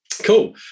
cool